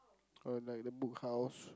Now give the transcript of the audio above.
uh like the Book House